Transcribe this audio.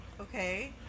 Okay